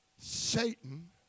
Satan